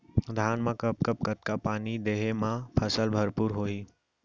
धान मा कब कब कतका पानी देहे मा फसल भरपूर होही?